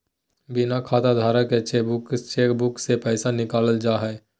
बिना खाताधारक के चेकबुक से पैसा निकालल जा हइ